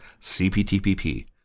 CPTPP